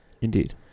Indeed